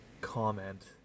comment